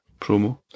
Promo